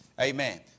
Amen